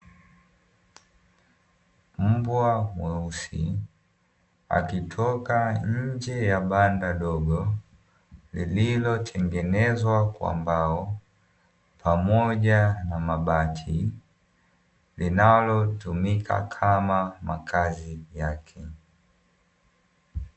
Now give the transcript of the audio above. Mbwa mweusi akitoka nje ya banda dogo lililotengenezwa kwa mbao pamoja na mabati, linalotumika kama makazi yake.